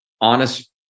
honest